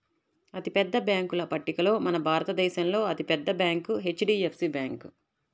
అతిపెద్ద బ్యేంకుల పట్టికలో మన భారతదేశంలో అతి పెద్ద బ్యాంక్ హెచ్.డీ.ఎఫ్.సీ బ్యాంకు